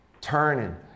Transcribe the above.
Turning